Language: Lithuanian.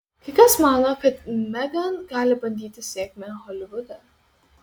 kai kas mano kad megan gali bandyti sėkmę holivude